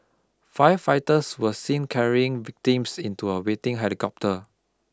firefighters were seen carrying victims into a waiting helicopter